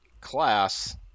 class